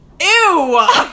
Ew